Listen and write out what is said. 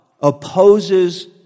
opposes